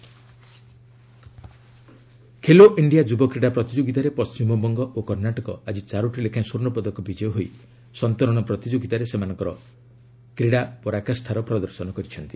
Khelo India Khelo India ଯୁବ କ୍ରୀଡ଼ା ପ୍ରତିଯୋଗୀତାରେ ପଣ୍ଟିମବଙ୍ଗ ଓ କର୍ଣ୍ଣାଟକ ଆକି ଚାରୋଟି ଲେଖାଏଁ ସ୍ୱର୍ଷପଦକ ବିଜୟୀ ହୋଇ ସନ୍ତରଣ ପ୍ରତିଯୋଗୀତାରେ ସେମାନଙ୍କର ପରାକାଷାର ପ୍ରଦର୍ଶନ କରିଛନ୍ତି